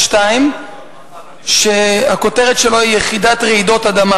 ו-2012, כהצעת הוועדה,